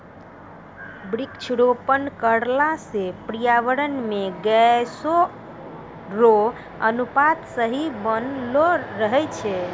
वृक्षारोपण करला से पर्यावरण मे गैसो रो अनुपात सही बनलो रहै छै